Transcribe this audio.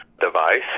device